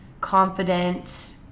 confident